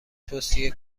توصیه